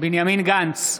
בנימין גנץ,